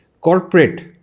corporate